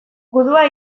gudua